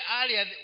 earlier